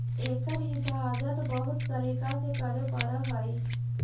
एकर हिफाज़त बहुत सलीका से करे पड़ऽ हइ